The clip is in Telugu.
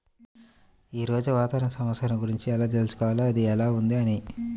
ఈరోజు వాతావరణ సమాచారం గురించి ఎలా తెలుసుకోవాలి అది ఎలా ఉంది అని?